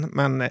men